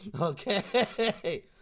Okay